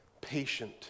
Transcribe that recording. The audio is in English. patient